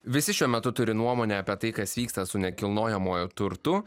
visi šiuo metu turi nuomonę apie tai kas vyksta su nekilnojamuoju turtu